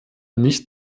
nicht